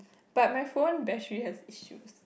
but my phone battery has issues